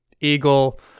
eagle